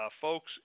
folks